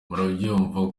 murabyumva